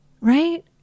right